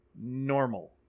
normal